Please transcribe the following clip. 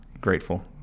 grateful